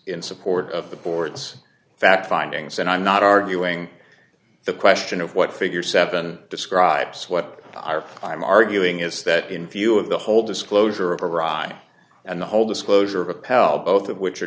in support of the board's fact findings and i'm not arguing the question of what figure seven describes what i'm arguing is that in view of the whole disclosure of arriving and the whole disclosure of a pal both of which are